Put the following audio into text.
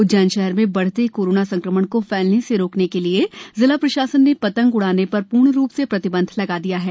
उज्जैन शहर में बढते कोरोना संक्रमण को फैलने से रोकने के लिए जिला प्रशासन ने पंतग उडाने पर पूर्ण रुप से प्रतिबंध लगा दिया है